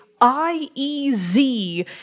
I-E-Z